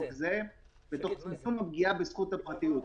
זה ותוך צמצום הפגיעה בזכות הפרטיות.